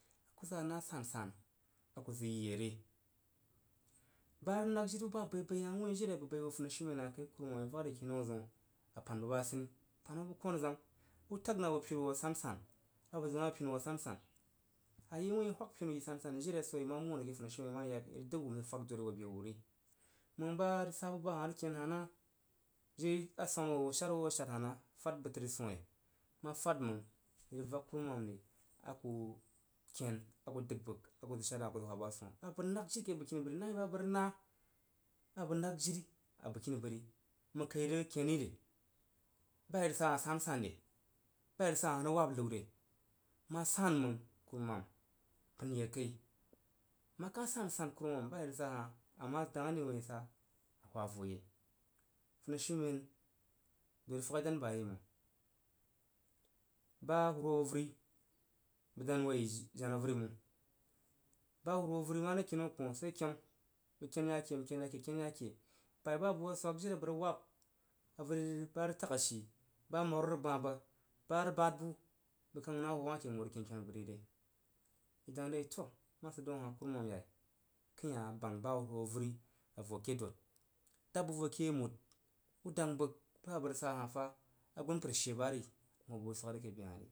Aku za nah asan san zəg yi yere ba rəg na ba abai bai wui jiri a bəg bai hoo funishiumenn hah kai kwumam luag ri tainan zəun a pan bəg ba ajini. Hoo bəg konazang u tag na bəg pinu wu asansan abəg zəuna pinu wu asansa. Ayi wuin i bag pinu yi asasan jiri a swo yi ma min rəg ke funishiumen ima yak i rəg dəg wu n rəg fag dori bo be wuri məng jiri basa bu ba hah rəg ken hah nah? Jiri aswama wu sharwo a shad heh rəg fad bəg təri bo swoh re? Ma fad məng i rəg kurumam ri aku ken aku dən bəg aku nəg sha hah aku zəg hwa ba swoh abəg nag jiri ke bəgkini bəg nai bəg abə rə nah a bəg nag jiri abəgkini bəri. məng kai rəg ken rire? Ba i rəg sa hah sansanre? Ba i rəg sah rəg wab nəu re? Ma san məng korumam pən yekai makh sahasan kwumam ba i rəg sa hah ama dangri wuin isa hwa vo yei funishiumen dori faghi dan ba yei məng ba huruhwo avəri bəg dan woiyi jena avəri məng. ba huruhwo avəri mare kinnan koh sai kenu. Bəg ken yake bəg ken yake. Bai ba abəg hoo swag jiri awah rəg wab avəri, ba rəg tag ashi ba amaru vəg gbah bəg ba rəg badbu bəg kang na ho awah ken hoo rəg kenkenurire. Idongre yitoah ma sid daun hah kwumam yai akəin hah bang ba hwu hwo avəri voke dod dad bəg vo ke mud u deng bəg ba abəg rəg sa hah fa agunpər she ba ri nhoo bəg hoo swag re ke behahri.